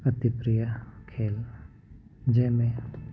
अति प्रिय खेल जंहिंमें